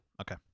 Okay